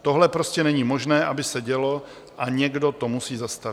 Tohle prostě není možné, aby se dělo, a někdo to musí zastavit.